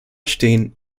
stehen